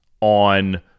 on